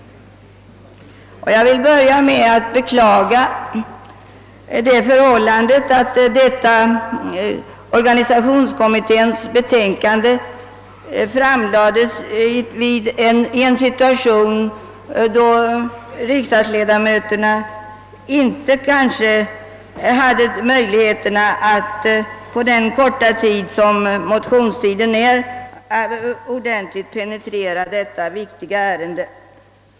Jag vill börja med att beklaga att organisationsutredningens betänkande framlades vid en sådan tidpunkt, att riksdagsledamöterna under den korta motionstid som står till buds kanske inte hade möjligheter att ordentligt penetrera detta viktiga ärende.